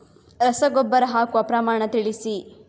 ರಸಗೊಬ್ಬರ ಹಾಕುವ ಪ್ರಮಾಣ ತಿಳಿಸಿ